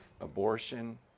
abortion